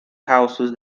houses